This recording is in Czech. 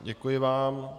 Děkuji vám.